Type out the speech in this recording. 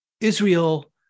Israel